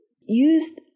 use